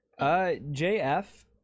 JF